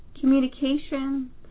communication